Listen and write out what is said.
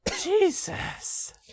Jesus